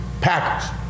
Packers